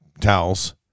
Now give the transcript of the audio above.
Towels